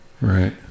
right